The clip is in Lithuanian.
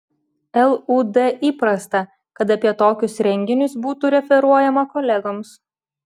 lud įprasta kad apie tokius renginius būtų referuojama kolegoms